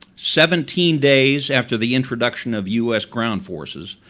seventeen days after the introduction of u s. ground forces,